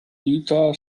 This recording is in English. utah